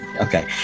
Okay